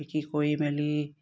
বিকি কৰি মেলি